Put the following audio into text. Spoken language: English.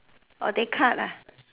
oh they cut ah